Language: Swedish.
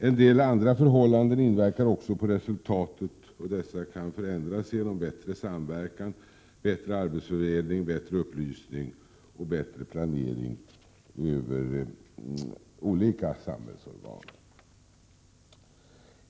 En del andra förhållanden inverkar också på resultatet, och dessa kan förändras genom bättre samverkan, bättre arbetsfördelning, bättre upplysning och bättre planering bland olika samhällsorgan.